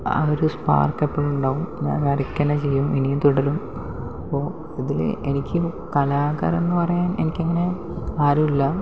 ആ ഒരു സ്പാർക് എപ്പോഴും ഉണ്ടാകും ഞാൻ വരയ്ക്കുക തന്നെ ചെയ്യും ഇനിയും തുടരും ഇപ്പോൾ ഇതിൽ എനിക്ക് കലാകാരൻ എന്ന് പറയാൻ എനിക്കങ്ങനെ ആരുമില്ല